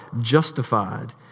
justified